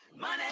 money